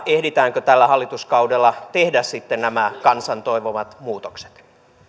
ehditäänkö tällä hallituskaudella tehdä sitten nämä kansan toivomat muutokset